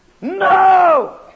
No